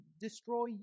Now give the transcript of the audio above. destroy